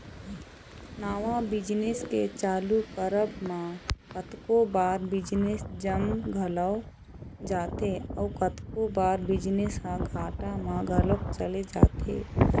नवा बिजनेस के चालू करब म कतको बार बिजनेस जम घलोक जाथे अउ कतको बार बिजनेस ह घाटा म घलोक चले जाथे